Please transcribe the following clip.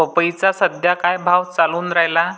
पपईचा सद्या का भाव चालून रायला?